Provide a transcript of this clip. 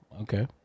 Okay